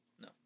No